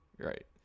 Right